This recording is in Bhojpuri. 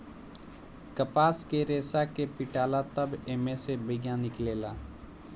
कपास के रेसा के पीटाला तब एमे से बिया निकलेला